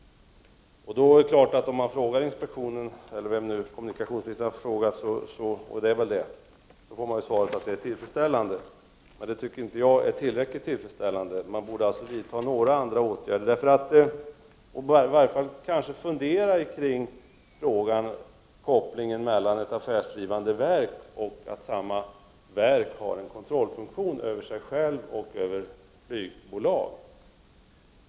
Om man frågar inspektionen eller vem kommunikationsministern nu har vänt sig till, får man då naturligtvis svaret att förhållandena är tillfredsställande. Det tycker jag inte är tillräckligt tillfredsställande — man borde vidta andra åtgärder eller i varje fall fundera kring frågan och kopplingen mellan det affärsdrivande verket och kontrollfunktionen över detta verk och flygbolagen.